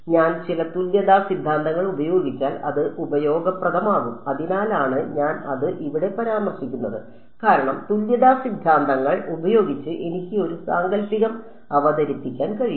ഞാൻ ചില തുല്യതാ സിദ്ധാന്തങ്ങൾ ഉപയോഗിച്ചാൽ അത് ഉപയോഗപ്രദമാകും അതിനാലാണ് ഞാൻ അത് ഇവിടെ പരാമർശിക്കുന്നത് കാരണം തുല്യതാ സിദ്ധാന്തങ്ങൾ ഉപയോഗിച്ച് എനിക്ക് ഒരു സാങ്കൽപ്പികം അവതരിപ്പിക്കാൻ കഴിയും